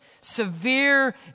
severe